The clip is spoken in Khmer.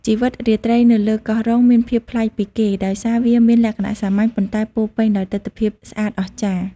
ជីវិតរាត្រីនៅលើកោះរ៉ុងមានភាពប្លែកពីគេ ដោយសារវាមានលក្ខណៈសាមញ្ញ ប៉ុន្តែពោរពេញដោយទិដ្ឋភាពស្អាតអស្ចារ្យ។